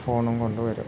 ഫോണും കൊണ്ടുവരു